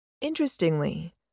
Interestingly